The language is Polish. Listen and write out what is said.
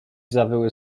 zawyły